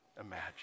imagine